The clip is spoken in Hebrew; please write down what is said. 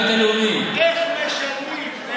איך משלמים?